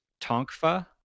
Tonkfa